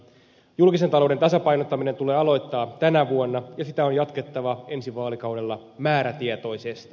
julkisen talouden tasapainottaminen tulee aloittaa tänä vuonna ja sitä on jatkettava ensi vaalikaudella määrätietoisesti